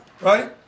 right